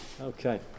Okay